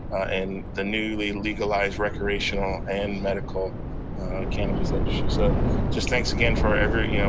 and the newly legalized recreational and medical cannabis industry. so just thanks again for every, yeah